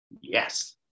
yes